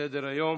בסדר-היום,